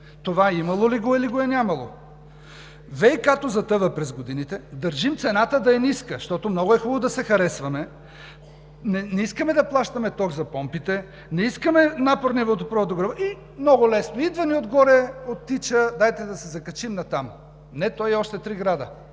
Това имало ли е го е, или го е нямало? ВиК-то затъва през годините, а държим цената да е ниска, защото е много хубаво да се харесваме. Не искаме да плащаме ток за помпите, не искаме напорен водопровод – и много лесно! Идва ни отгоре, оттича, дайте да се закачим натам. Не – той, а още три града,